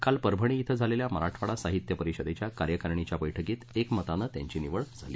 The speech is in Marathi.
काल परभणी इथं झालेल्या मराठवाडा साहित्य परिषदेच्या कार्यकारिणीच्या बैठकीत एकमतानं त्यांची निवड झाली